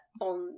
on